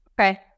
okay